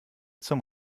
zum